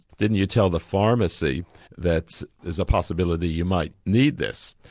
didn't you tell the pharmacy that there's a possibility you might need this.